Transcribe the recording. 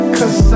Cause